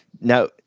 Now